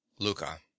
Luca